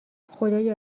خدایا